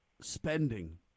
spending